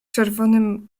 czerwonym